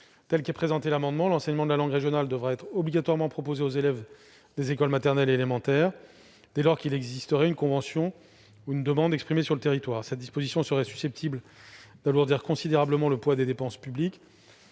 tel que celui-ci est rédigé, l'enseignement de la langue régionale devra être obligatoirement proposé aux élèves des écoles maternelles et élémentaires, dès lors qu'il existerait une convention ou une demande exprimée sur le territoire. Cette disposition serait susceptible d'alourdir considérablement le poids des dépenses publiques.